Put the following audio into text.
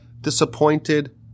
disappointed